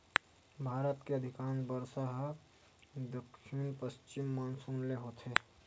भारत के अधिकांस बरसा ह दक्छिन पस्चिम मानसून ले होथे